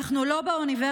אנחנו לא באוניברסיטה,